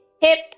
hip